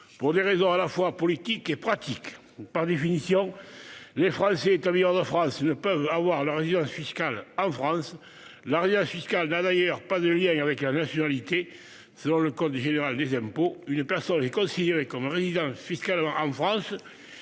pour des raisons à la fois politiques et pratiques. Par définition, les Français établis hors de France ne peuvent avoir leur résidence fiscale en France. Celle-ci n'a d'ailleurs pas de lien avec la nationalité : selon le code général des impôts, une personne est considérée comme résidant fiscalement en France